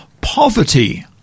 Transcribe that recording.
poverty